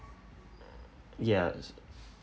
ya